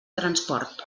transport